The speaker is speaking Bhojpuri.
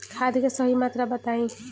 खाद के सही मात्रा बताई?